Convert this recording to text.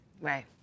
Right